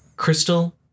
Crystal